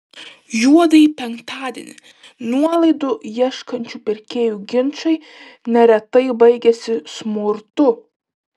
juodąjį penktadienį nuolaidų ieškančių pirkėjų ginčai neretai baigiasi smurtu